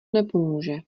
nepomůže